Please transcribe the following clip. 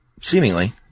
Seemingly